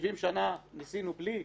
70 שנה ניסינו בלי.